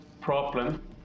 problem